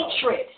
Hatred